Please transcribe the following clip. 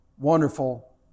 Wonderful